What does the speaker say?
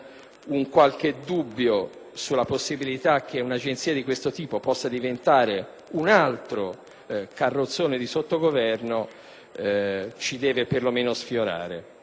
qualche dubbio sulla possibilità che un'agenzia di questo tipo possa diventare un altro carrozzone di sottogoverno ci deve perlomeno sfiorare.